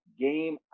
game